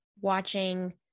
watching